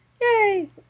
yay